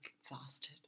exhausted